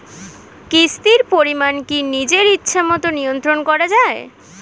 কিস্তির পরিমাণ কি নিজের ইচ্ছামত নিয়ন্ত্রণ করা যায়?